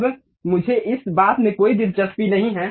अब मुझे इस बात में कोई दिलचस्पी नहीं है